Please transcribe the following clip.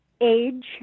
age